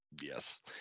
yes